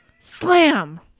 Slam